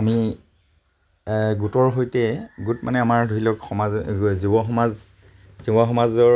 আমি গোটৰ সৈতে গোট মানে আমাৰ ধৰি লওক সমাজ যুৱ সমাজ যুৱ সমাজৰ